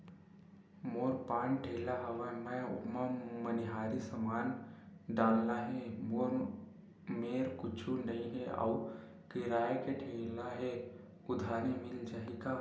मोर पान ठेला हवय मैं ओमा मनिहारी समान डालना हे मोर मेर कुछ नई हे आऊ किराए के ठेला हे उधारी मिल जहीं का?